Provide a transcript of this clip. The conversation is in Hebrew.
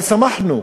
אבל שמחנו,